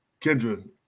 Kendra